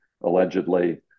allegedly